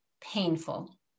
painful